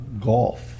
golf